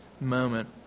moment